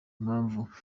impamvu